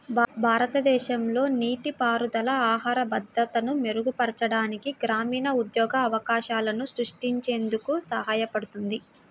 భారతదేశంలో నీటిపారుదల ఆహార భద్రతను మెరుగుపరచడానికి, గ్రామీణ ఉద్యోగ అవకాశాలను సృష్టించేందుకు సహాయపడుతుంది